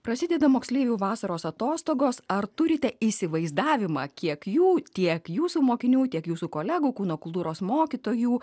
prasideda moksleivių vasaros atostogos ar turite įsivaizdavimą kiek jų tiek jūsų mokinių tiek jūsų kolegų kūno kultūros mokytojų